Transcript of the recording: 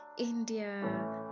India